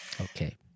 Okay